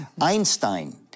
Einstein